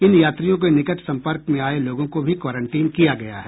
इन यात्रियों के निकट संपर्क में आए लोगों को भी क्वारंटीन किया गया है